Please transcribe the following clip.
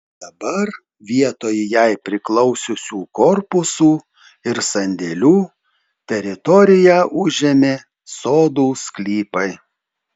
dabar vietoj jai priklausiusių korpusų ir sandėlių teritoriją užėmė sodų sklypai